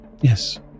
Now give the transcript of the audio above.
Yes